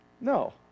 No